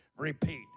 Repeat